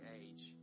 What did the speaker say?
age